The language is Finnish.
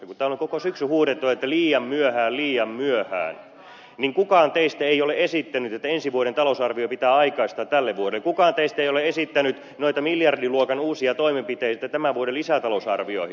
kun täällä on koko syksyn huudettu että liian myöhään liian myöhään niin kukaan teistä ei ole esittänyt että ensi vuoden talousarvio pitää aikaistaa tälle vuodelle kukaan teistä ei ole esittänyt noita miljardiluokan uusia toimenpiteitä tämän vuoden lisätalousarvioihin